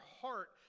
heart